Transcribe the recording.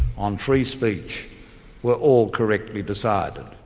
on free speech were all correctly decided.